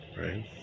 Right